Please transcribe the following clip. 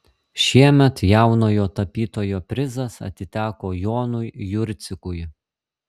šiemet jaunojo tapytojo prizas atiteko jonui jurcikui